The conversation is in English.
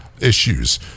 issues